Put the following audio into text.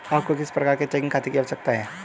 आपको किस प्रकार के चेकिंग खाते की आवश्यकता है?